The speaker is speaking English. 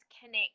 connect